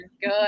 Good